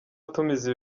atumiza